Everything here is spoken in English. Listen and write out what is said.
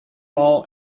mall